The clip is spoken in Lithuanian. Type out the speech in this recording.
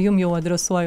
jums jau adresuoju